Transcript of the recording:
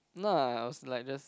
no I I was like just